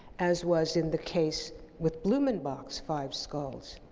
as was in the case with blumenbach's five skulls.